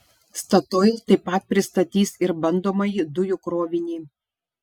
statoil taip pat pristatys ir bandomąjį dujų krovinį